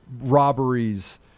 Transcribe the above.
robberies